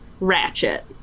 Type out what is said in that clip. ratchet